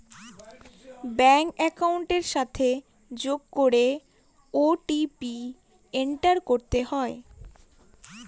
bank একাউন্টের সাথে যোগ করে ও.টি.পি এন্টার করতে হয়